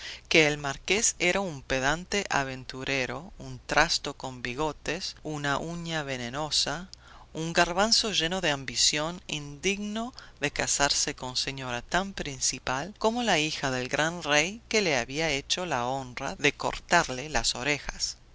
que el marqués era un pedante aventurero un trasto con bigotes una uña venenosa un garbanzo lleno de ambición indigno de casarse con señora tan principal como la hija del gran rey que le había hecho la honra de cortarle las orejas es